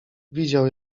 widział